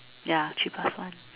ya cheapest one